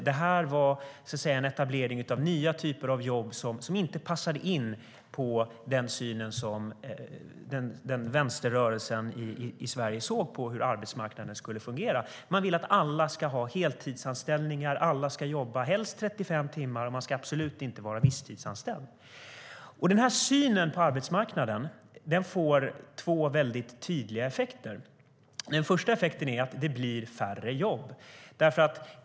Det här var en etablering av nya typer av jobb som inte passade ihop med vänsterrörelsens syn på hur arbetsmarknaden skulle fungera i Sverige. Man vill att alla ska ha heltidsanställningar. Helst ska alla jobba 35 timmar, och man ska absolut inte vara visstidsanställd. Den här synen på arbetsmarknaden får två väldigt tydliga effekter. Den första effekten är att det blir färre jobb.